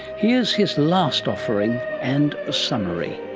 here's his last offering, and a summary.